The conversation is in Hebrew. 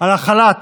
על החלת